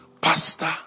Pastor